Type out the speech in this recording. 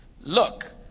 look